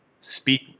speak